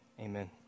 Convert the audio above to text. Amen